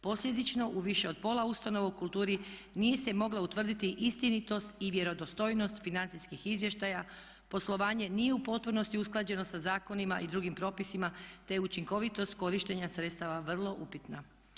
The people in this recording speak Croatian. Posljedično, u više od pola ustanova u kulturi nije se mogla utvrditi istinitost i vjerodostojnost financijskih izvještaja, poslovanje nije u potpunosti usklađeno sa zakonima i drugim propisima te je učinkovitost korištenja sredstava vrlo upitna.